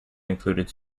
included